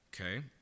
okay